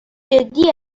جدی